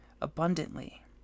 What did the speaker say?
abundantly